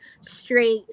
straight